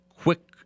quick